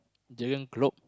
Jurgen-Klopp